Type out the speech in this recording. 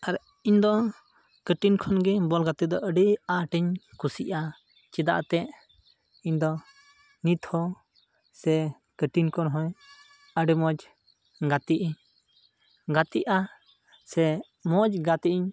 ᱟᱨ ᱤᱧ ᱫᱚ ᱠᱟᱹᱴᱤᱡ ᱠᱷᱚᱱ ᱜᱮ ᱵᱚᱞ ᱜᱟᱛᱮᱜ ᱫᱚ ᱟᱹᱰᱤ ᱟᱸᱴ ᱤᱧ ᱠᱩᱥᱤᱭᱟᱜᱼᱟ ᱪᱮᱫᱟᱜ ᱛᱮ ᱤᱧ ᱫᱚ ᱱᱤᱛ ᱦᱚᱸ ᱥᱮ ᱠᱟᱹᱴᱤᱡ ᱠᱷᱚᱱ ᱦᱚᱸ ᱟᱹᱰᱤ ᱢᱚᱡᱽ ᱜᱟᱛᱤᱜ ᱤᱧ ᱜᱟᱛᱮᱜᱼᱟ ᱥᱮ ᱢᱚᱡᱽ ᱜᱟᱛᱮᱜ ᱤᱧ